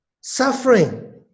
Suffering